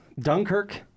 Dunkirk